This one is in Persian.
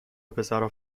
وپسرو